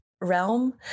realm